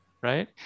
Right